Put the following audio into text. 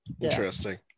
Interesting